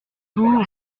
tour